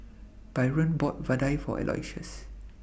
Byron bought Vadai For Aloysius